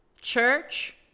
church